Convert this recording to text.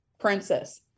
princess